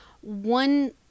one